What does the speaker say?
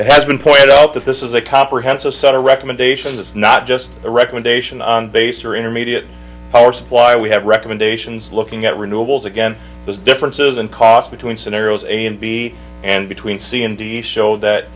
has been pointed out that this is a comprehensive set of recommendations it's not just a recommendation on base or intermediate power supply we have recommendations looking at renewables again there's differences in cost between scenarios a and b and between c and d show that